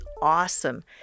awesome